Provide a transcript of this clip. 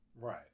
right